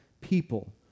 people